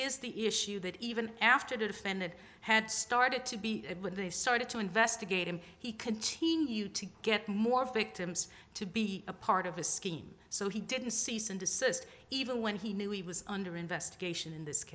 is the issue that even after the defendant had started to be when they started to investigate him he continued to get more victims to be a part of a scheme so he didn't cease and desist even when he knew he was under investigation in this